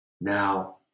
Now